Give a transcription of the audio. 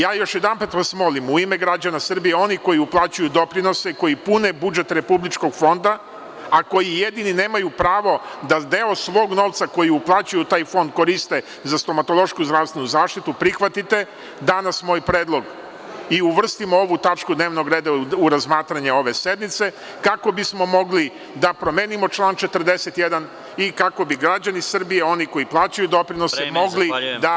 Ja vas još jednom molim, u ime građana Srbije, onih koji uplaćuju doprinose, koji pune budžet Republičkog fonda, a koji jedini nemaju pravo da deo svog novca koji uplaćuju u taj fond koriste za stomatološku zdravstvenu zaštitu, prihvatite danas moj predlog i uvrstimo ovu tačku dnevnog reda u razmatranje ove sednice, kako bismo mogli da promenimo član 41. i kako bi građani Srbije, oni koji plaćaju doprinose mogli da…